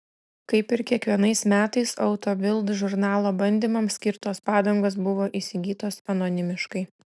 kaip ir kiekvienais metais auto bild žurnalo bandymams skirtos padangos buvo įsigytos anonimiškai